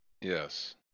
Yes